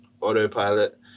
autopilot